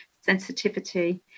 sensitivity